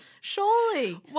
surely